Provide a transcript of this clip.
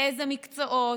לאילו מקצועות,